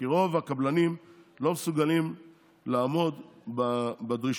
כי רוב הקבלנים לא מסוגלים לעמוד בדרישות